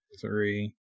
Three